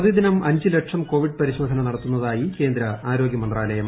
പ്രതിദിനം അഞ്ച് ലക്ഷം കോവിഡ് പരിശോധന നടത്തുന്നതായി കേന്ദ്ര ആരോഗൃമന്ത്രാലയം